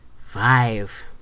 five